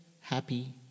happy